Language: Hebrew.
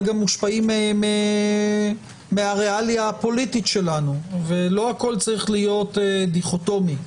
מושפעים מהריאליה הפוליטית שלנו ולא הכל צריך להיות דיכוטומי.